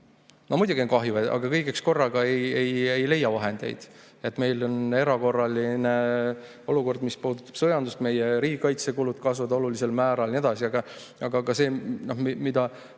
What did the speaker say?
Muidugi on kahju, aga kõigeks korraga ei leia vahendeid. Meil on erakorraline olukord, mis puudutab sõjandust, meie riigikaitsekulud kasvavad olulisel määral ja nii edasi. Aga mitmed